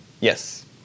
Yes